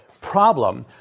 problem